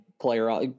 player